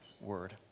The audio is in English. word